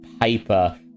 paper